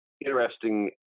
interesting